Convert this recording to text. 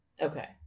okay